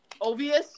Obvious